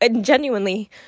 genuinely